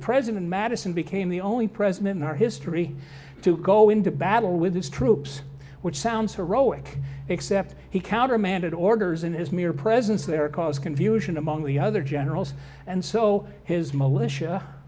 president madison became the only president in our history to go into battle with his troops which sounds heroic except he countermanded orders and his mere presence there cause confusion among the other generals and so his militia